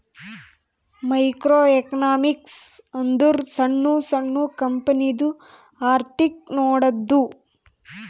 micro economics ಅಂದುರ್ ಸಣ್ಣು ಸಣ್ಣು ಕಂಪನಿದು ಅರ್ಥಿಕ್ ನೋಡದ್ದು